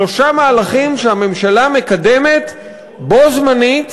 שלושה מהלכים שהממשלה מקדמת בו-זמנית